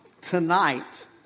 tonight